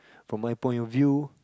from my point of view